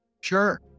Sure